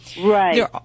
Right